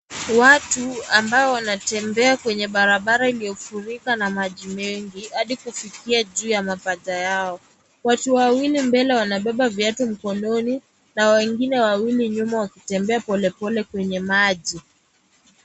Watu ambao wanatembea kwenye barabara iliyofurika na maji mengi, hadi kufikia juu ya mapaja yao. Watu wawili mbele wanabeba viatu mikononi, na wengine wawili nyuma wakitembea polepole kwenye maji.